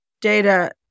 data